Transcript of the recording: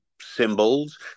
symbols